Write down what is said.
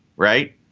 right.